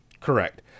Correct